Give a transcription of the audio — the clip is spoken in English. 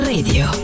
Radio